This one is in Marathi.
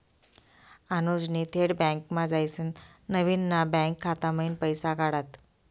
अनुजनी थेट बँकमा जायसीन नवीन ना बँक खाता मयीन पैसा काढात